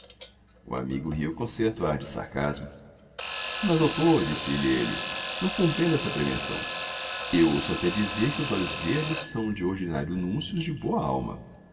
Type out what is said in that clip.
o amigo riu com certo ar de sarcasmo mas doutor disse-lhe ele não compreendo essa prevenção eu ouço até dizer que os olhos verdes são de ordinário núncios de boa alma